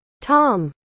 Tom